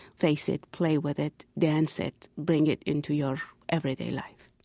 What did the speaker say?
face it, play with it, dance it, bring it into your everyday life